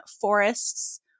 forests